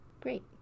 great